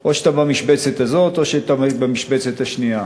או שאתה במשבצת הזאת או שאתה במשבצת השנייה.